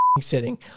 sitting